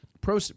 pro